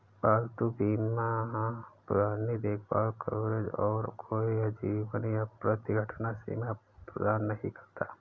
पालतू बीमा पुरानी देखभाल कवरेज और कोई आजीवन या प्रति घटना सीमा प्रदान नहीं करता